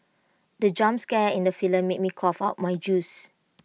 the jump scare in the film made me cough out my juice